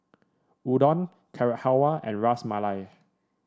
Udon Carrot Halwa and Ras Malai